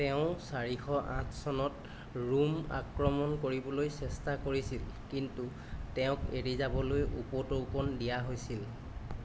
তেওঁ চাৰিশ আঠ চনত ৰোম আক্ৰমণ কৰিবলৈ চেষ্টা কৰিছিল কিন্তু তেওঁক এৰি যাবলৈ উপটৌকন দিয়া হৈছিল